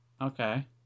Okay